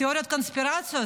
תיאוריית קונספירציה,